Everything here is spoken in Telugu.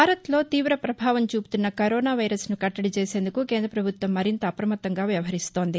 భారత్లో తీవ పభావం చూపుతున్న కరోనా వైరస్ను కట్టడి చేసేందుకు కేంద్ర పభుత్వం మరింత అప్రమత్తంగా వ్యవహరిస్తోంది